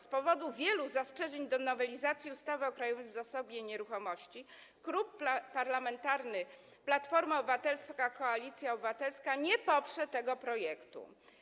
Z powodu wielu zastrzeżeń do nowelizacji ustawy o Krajowym Zasobie Nieruchomości Klub Parlamentarny Platforma Obywatelska - Koalicja Obywatelska nie poprze tego projektu.